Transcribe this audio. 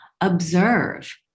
observe